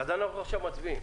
אז אנחנו עכשיו מצביעים.